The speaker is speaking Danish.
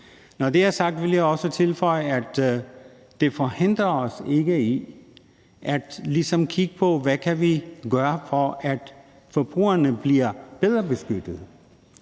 Når det er sagt, vil jeg også tilføje, at det ikke forhindrer os i ligesom at kigge på, hvad vi kan gøre, for at forbrugerne bliver bedre beskyttet,